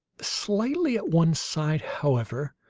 slightly at one side, however,